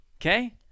Okay